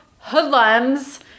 hoodlums